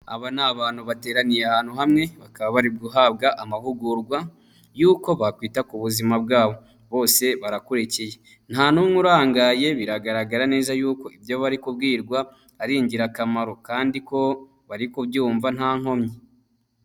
Aba ni abantu bateraniye ahantu hamwe, bakaba bari guhabwa amahugurwa y'uko bakwita ku buzima bwabo. Bose barakurikiye, nta n'umwe urangaye, biragaragara neza yuko ibyo bari kubwirwa ari ingirakamaro kandi ko bari kubyumva nta nkomyi.